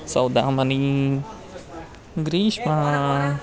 सौदामनि ग्रीष्मा